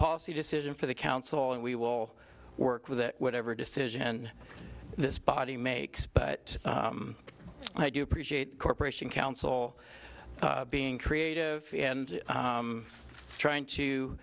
policy decision for the council and we will work with whatever decision this body makes but i do appreciate corporation counsel being creative and trying to